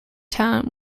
town